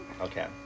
Okay